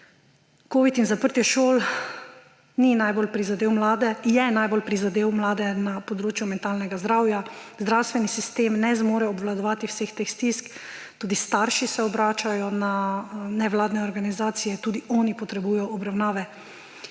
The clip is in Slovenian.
»Covid in zaprtje šol je najbolj prizadel mlade na področju metalnega zdravja, zdravstveni sistem ne zmore obvladovati vseh teh stisk, tudi starši se obračajo na nevladne organizacije, tudi oni potrebujejo obravnavo.